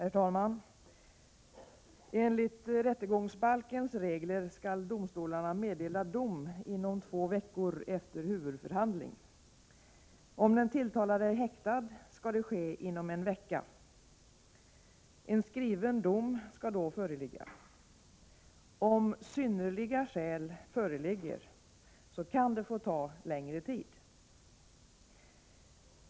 Herr talman! Enligt rättegångsbalkens regler skall domstolarna meddela dom inom två veckor efter huvudförhandling. Om den tilltalade är häktad skall det ske inom en vecka. En skriven dom skall då föreligga. Om synnerliga skäl föreligger kan det få ta längre tid.